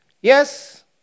Yes